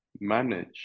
manage